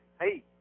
Hey